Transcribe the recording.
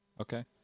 Okay